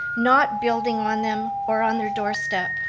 not building on them or on their doorstep.